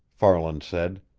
farland said.